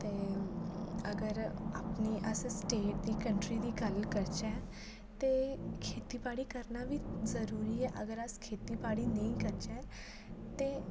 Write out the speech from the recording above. ते अगर अपनी अस स्टेट दी कंट्री दी गल्ल करचै ते खेतीबाड़ी करना बी जरूरी ऐ अगर अस खेतीबाड़ी नेईं करचै ते